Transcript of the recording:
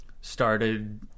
started